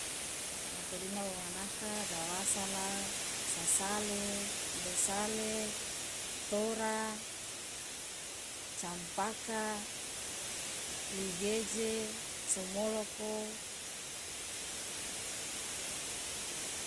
Nako dina wonganaka gawasala sasale gosale tora campaka ligeje somoloko.